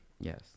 Yes